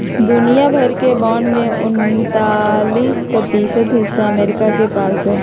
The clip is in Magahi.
दुनिया भर के बांड के उन्तालीस प्रतिशत हिस्सा अमरीका के पास हई